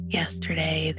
yesterday